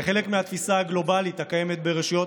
כחלק מהתפיסה הגלובלית הקיימת ברשויות